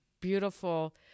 beautiful